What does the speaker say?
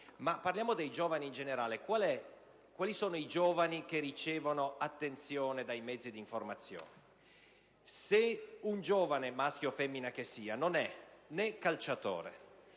ne viene fatto), in generale, quali sono i giovani che ricevono attenzione dai mezzi di informazione? Se un giovane, maschio o femmina che sia, non è né calciatore,